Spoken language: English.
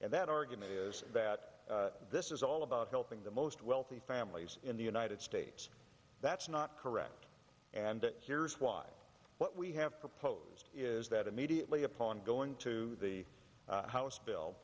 and that argument is that this is all about helping the most to wealthy families in the united states that's not correct and here's why what we have proposed is that immediately upon going to the house bill